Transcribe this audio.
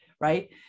Right